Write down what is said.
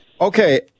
Okay